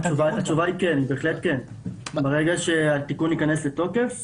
התשובה היא בהחלט כן, ברגע שהתיקון ייכנס לתוקף